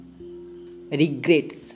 regrets